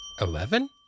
eleven